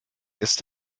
ist